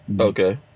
okay